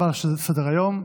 סדר-היום,